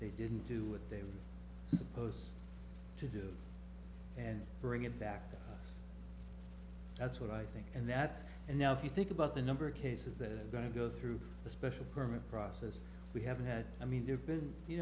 they didn't do what they were supposed to do and bring it back that's what i think and that's and now if you think about the number of cases that are going to go through the special permit process we haven't had i mean there's been you